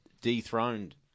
dethroned